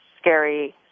scary